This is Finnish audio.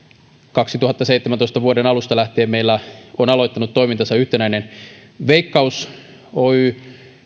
kaksituhattaseitsemäntoista alusta lähtien meillä on aloittanut toimintansa yhtenäinen veikkaus oy